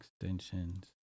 Extensions